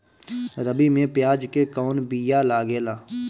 रबी में प्याज के कौन बीया लागेला?